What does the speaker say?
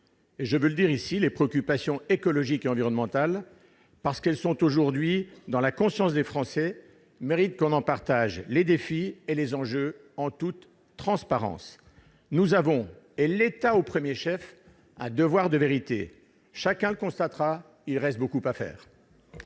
l'opinion. Enfin, les préoccupations écologiques et environnementales, parce qu'elles sont aujourd'hui entrées dans la conscience des Français, méritent que l'on en partage les défis et les enjeux en toute transparence. Nous avons, l'État au premier chef, un devoir de vérité. Chacun le constatera, il reste beaucoup à faire